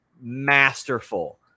masterful